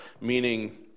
meaning